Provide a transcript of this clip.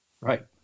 right